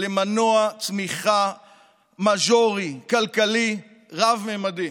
למנוע צמיחה מז'ורי, כלכלי, רב-ממדי,